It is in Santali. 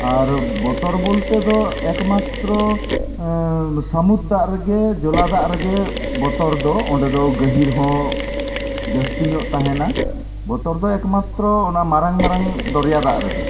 ᱟᱨ ᱵᱚᱛᱚᱨ ᱵᱚᱞᱛᱮ ᱫᱚ ᱮᱠ ᱢᱟᱛᱨᱚ ᱥᱟᱹᱢᱩᱫᱽ ᱫᱟᱜ ᱨᱮᱜᱮ ᱡᱚᱞᱟ ᱫᱟᱜ ᱨᱮᱜᱮ ᱵᱚᱛᱚᱨ ᱫᱚ ᱚᱸᱰᱮ ᱫᱚ ᱜᱟᱹᱦᱤᱨ ᱦᱚᱸ ᱡᱟᱹᱥᱛᱤ ᱧᱚᱜ ᱛᱟᱦᱮᱱᱟ ᱵᱚᱛᱚᱨ ᱫᱚ ᱮᱠᱢᱟᱛᱨᱚ ᱢᱟᱨᱟᱝ ᱢᱟᱨᱟᱝ ᱫᱚᱨᱭᱟ ᱫᱟᱜ ᱨᱮᱜᱮ